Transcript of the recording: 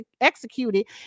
executed